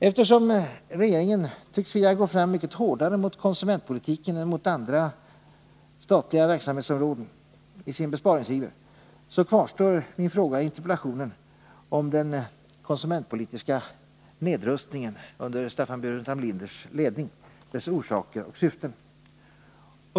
Eftersom regeringen tycks vilja gå fram mycket hårdare mot konsumentpolitiken än mot andra statliga verksamhetsområden i sin besparingsiver kvarstår min fråga i interpellationen om den konsumentpolitiska nedrustningen under Staffan Burenstam Linders ledning — dess orsaker och syften.